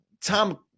Tom